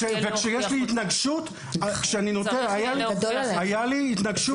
כשיש לי התנגשות, אני מתעדף תמיד ישראלים.